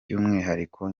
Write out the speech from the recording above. by’umwihariko